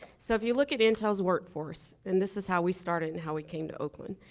so if you look at intel's work force, and this is how we started and how we came to oakland,